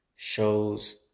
Shows